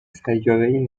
سیارهای